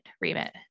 remit